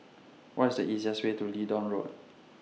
What IS The easiest Way to Leedon Road